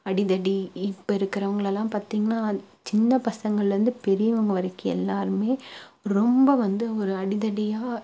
அடிதடி இப்போ இருக்கிறவங்களலாம் பார்த்திங்கன்னா சின்ன பசங்கள்ல இருந்து பெரியவங்க வரைக்கும் எல்லாருமே ரொம்ப வந்து ஒரு அடிதடியாக